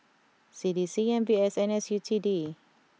C D C M B S and S U T D